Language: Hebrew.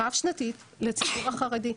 רב שנתית, לציבור החרדי.